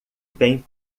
bem